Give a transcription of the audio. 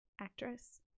actress